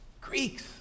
Greeks